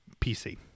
PC